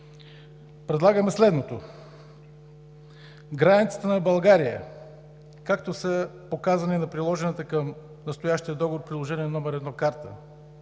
„Предлагаме следното: границите на България, както са показани на приложената към настоящия договор – Приложение № 1 – карта,